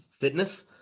fitness